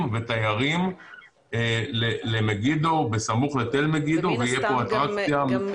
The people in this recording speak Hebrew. ותיירים למגידו סמוך לתל-מגידו ותהיה פה אטרקציה גדולה.